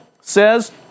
says